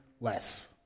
less